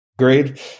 great